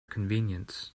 convenience